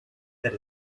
that